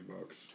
bucks